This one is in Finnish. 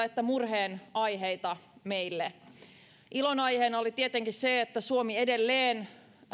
että murheen aiheita meille ilon aiheena oli tietenkin se että suomi edelleen